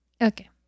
Okay